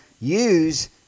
use